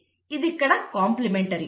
ఇది ఇక్కడ కంప్లిమెంటరీటీ